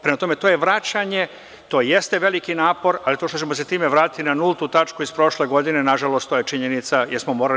Prema tome, to je vraćanje, to jeste veliki napor, ali to što ćemo se time vratiti na nultu tačku iz prošle godine, nažalost, to je činjenica, jer smo morali